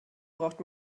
braucht